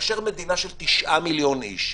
כאשר מדינה של תשעה מיליון איש,